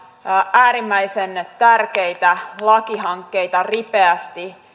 äärimmäisen tärkeitä lakihankkeita ripeästi